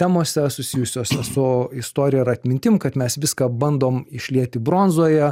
temose susijusiose su istorija ir atmintim kad mes viską bandom išlieti bronzoje